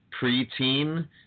Preteen